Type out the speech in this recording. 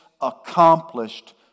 accomplished